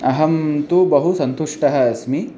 अहं तु बहु सन्तुष्टः अस्मि